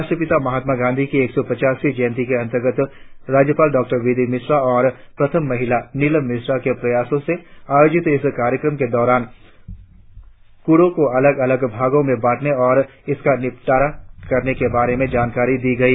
राष्ट्रपिता महात्मा गांधी की एक सौ पचावीं जयंती के अंतर्गत राज्यपाल डॉ बी डी मिश्रा और प्रथम महिला नीलम मिश्रा के प्रयास से आयोजित इस कार्यक्रम के दौरान कूड़ों को अलग अलग भागों में बांटने और उसका निपटारा करने के बारे में जानकारी दी गई